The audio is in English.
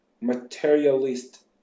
materialist